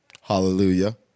Hallelujah